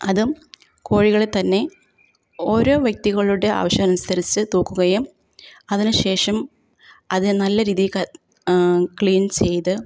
അതും കോഴികളെത്തന്നെ ഓരോ വ്യക്തികളുടെ ആവശ്യമനുസരിച്ച് തൂക്കുകയും അതിനു ശേഷം അതിനെ നല്ല രീതീ ക ക്ളീൻ ചെയ്ത്